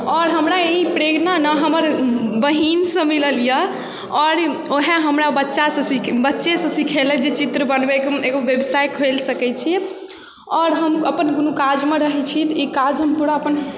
आओर हमरा ई प्रेरणा नऽ हमर बहिनस मिलल यऽ आओर वएह हमरा बच्चासँ सीख बच्चेसँ सीखेलथि जे चित्र बनबयके एगो व्यवसाय खोलि सकय छियै आओर हम अपन कोनो काजमे रहय छी तऽ ई काज हम पूरा अपन